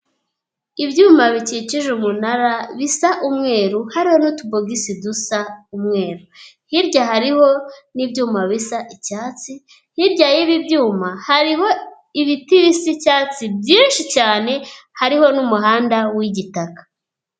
Ibyuma bikikije umunara bisa umweru, hariho n'utubogisi dusa umweru, hirya hariho n'ibyuma bisa icyatsi, hirya y'ibi ibyuma hariho ibiti bisa icyatsi byinshi cyane, hariho n'umuhanda w'igitaka.